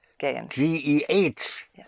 G-E-H